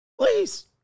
Please